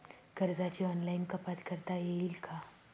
कर्जाची ऑनलाईन कपात करता येईल का?